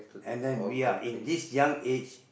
and then we are in this young age